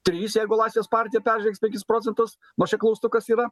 trys jeigu laisvės partija peržengs penkis procentus nors čia klaustukas yra